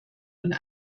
und